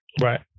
Right